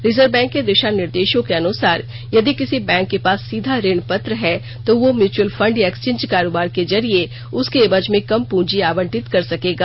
reserve bank के दिशा निर्देशों के अनुसार यदि किसी बैंक के पास सीधा ऋण पत्र है तो वह म्यूच्यूअल फंड या एक्सचेंज कारोबार के जरिये उसके एवज में कम प्रंजी अवंटित कर सकेगा